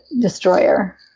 destroyer